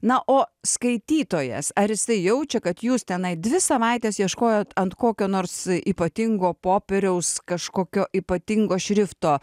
na o skaitytojas ar jisai jaučia kad jūs tenai dvi savaites ieškojot ant kokio nors ypatingo popieriaus kažkokio ypatingo šrifto